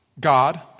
God